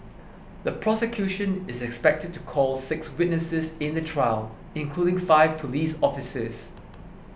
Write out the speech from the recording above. the prosecution is expected to call six witnesses in the trial including five police officers